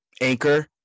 Anchor